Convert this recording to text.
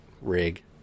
rig